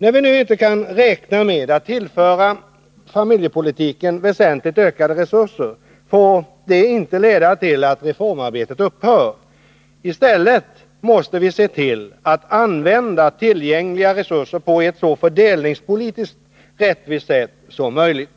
När vi nu inte kan räkna med att tillföra familjepolitiken väsentligt ökade resurser, får det inte leda till att reformarbetet upphör. I stället måste vi se till att använda tillgängliga resurser på ett så fördelningspolitiskt rättvist sätt som möjligt.